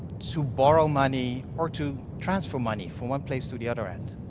to borrow money, or to transfer money from one place to the other end.